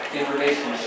information